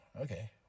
okay